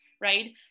right